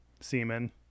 semen